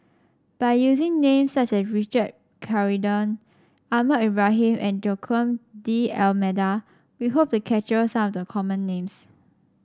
by using names such as Richard Corridon Ahmad Ibrahim and Joaquim D'Almeida we hope to capture some of the common names